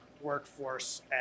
workforce